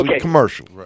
commercial